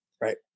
Right